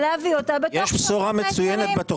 בתוכנית הזאת יש בשורה מצוינת.